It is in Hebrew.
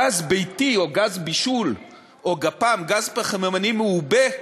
גז ביתי או גז בישול או גפ"מ, גז פחמימני מעובה,